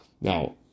Now